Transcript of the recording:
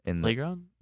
Playground